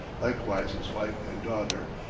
likewise his wife and daughter.